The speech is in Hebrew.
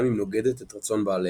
גם אם נוגדת את רצון בעליה.